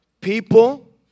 people